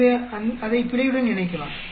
எனவே அதை பிழையுடன் இணைக்கலாம்